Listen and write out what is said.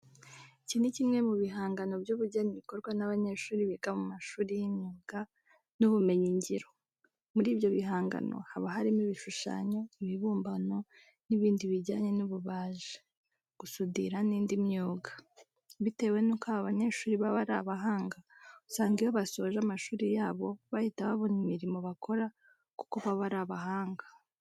Iki ni kimwe mu bihangano by'ubugeni bikorwa n'abanyeshuri biga mu mashuri y'imyuga n'ibumenyingiro. Muri ibyo bihangano haba harimo ibishushanyo, ibibumbano n'ibindi bijyanye n'ububaji, gusudira n'indi myuga. Bitewe nuko aba banyeshuri baba ari abahanga usanga iyo basoje amashuri yabo bahita babona imirimo bakora kuko baba ari abahanga.